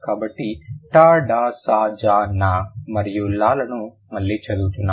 కాబట్టి ta da sa za na మరియు la లను మళ్ళీ చదువుతున్నాను